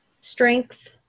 strength